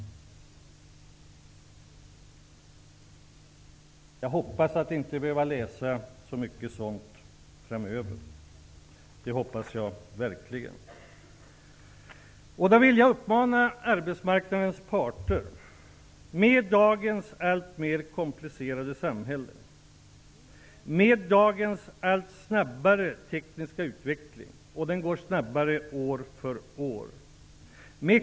Jag hoppas verkligen att inte behöva läsa så mycket sådant framöver. Dagens samhälle blir alltmer komplicerat. Den tekniska utvecklingen går allt snabbare år för år.